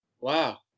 Wow